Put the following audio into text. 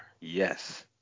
yes